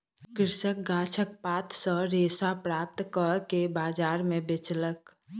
कृषक गाछक पात सॅ रेशा प्राप्त कअ के बजार में बेचलक